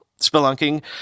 spelunking